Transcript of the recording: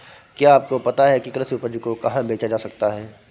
क्या आपको पता है कि कृषि उपज को कहाँ बेचा जा सकता है?